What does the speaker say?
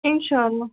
اِنشاء اللہ